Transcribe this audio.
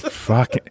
Fuck